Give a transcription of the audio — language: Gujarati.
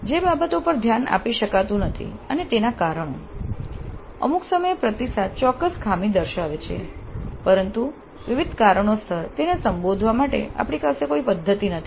જે બાબતો પર ધ્યાન આપી શકાતું નથી અને તેના કારણો અમુક સમયે પ્રતિસાદ ચોક્કસ ખામી દર્શાવે છે પરંતુ વિવિધ કારણોસર તેને સંબોધવા માટે આપણી પાસે કોઈ પદ્ધતિ નથી